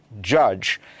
judge